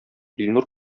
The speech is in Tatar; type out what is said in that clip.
илнур